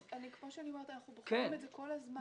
כמו שאני אומרת, אנחנו בוחנים את זה כל הזמן.